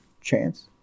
Chance